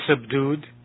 subdued